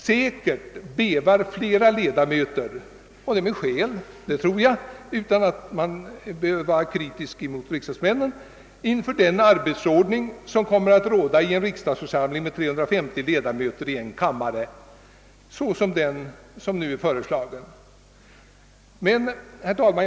Säkert bävar flera ledamöter, och jag tror man kan säga med skäl utan att därför behöva vara kritisk mot riksdagsmännen, inför den arbetsordning som kommer att råda i den föreslagna riksdagsförsamlingen med 350 ledamöter i en kammare. Herr talman!